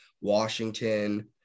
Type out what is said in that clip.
Washington